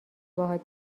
باهات